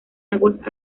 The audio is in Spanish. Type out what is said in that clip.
aguas